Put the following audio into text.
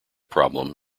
problem